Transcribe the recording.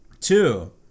Two